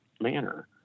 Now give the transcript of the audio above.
manner